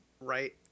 right